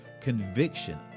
Conviction